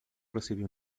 recibió